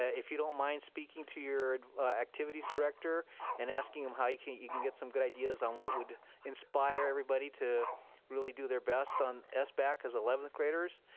ah if you don't mind speaking to your activities director and asking him how yeah you can get some good ideas on what would inspire everybody to really do their best on sbac cause eleventh graders,